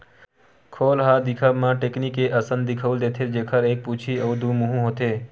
खोल ह दिखब म टेकनी के असन दिखउल देथे, जेखर एक पूछी अउ दू मुहूँ होथे